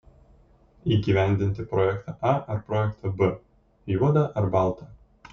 įgyvendinti projektą a ar projektą b juoda ar balta